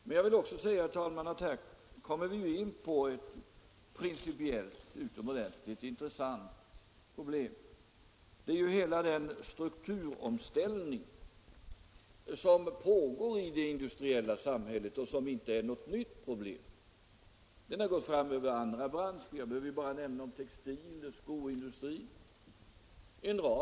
Men här kommer vi också in på ett principiellt utomordentligt intressant problem, nämligen hela den strukturomställning som pågår i det industriella samhället och som inte är något nytt. Den har gått fram över en rad branscher — jag behöver bara nämna textiloch sko industrin.